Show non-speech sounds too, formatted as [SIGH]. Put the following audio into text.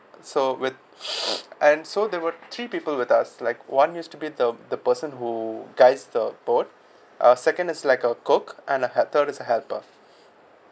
so with [BREATH] and so there were three people with us like one used to be the the person who guides the boat uh second is like a cook and a is a helper